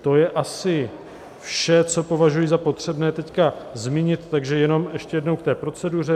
To je asi vše, co považuji za potřebné teď zmínit, takže jenom ještě jednou k proceduře.